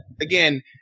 again